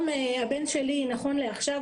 למשל במקרה שלך.